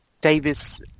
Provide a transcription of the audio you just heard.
Davis